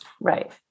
right